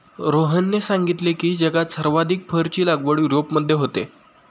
रोहनने सांगितले की, जगात सर्वाधिक फरची लागवड युरोपमध्ये होते